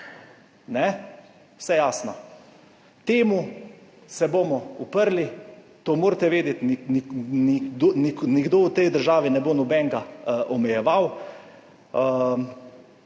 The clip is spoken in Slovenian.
Vse jasno. Temu se bomo uprli. To morate vedeti. Nihče v tej državi ne bo nobenega omejeval.